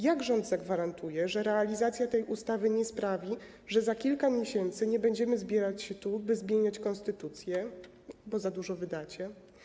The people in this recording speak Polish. Jak rząd zagwarantuje, że realizacja tej ustawy nie sprawi, że za kilka miesięcy nie będziemy zbierać się tu, by zmieniać konstytucję, bo za dużo wydacie?